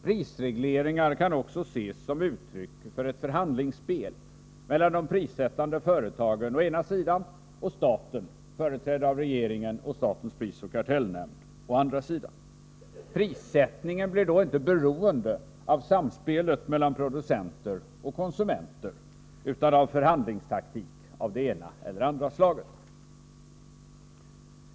Prisregleringar kan också ses som ett uttryck för ett förhandlingsspel mellan de prissättande företagen å ena sidan och staten företrädd av regeringen och statens prisoch kartellnämnd å andra sidan. Prissättningen blir då inte beroende av samspelet mellan producenter och konsumenter utan av förhandlingstaktik av det ena eller det andra slaget.